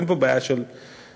ואין פה בעיה של סמכויות,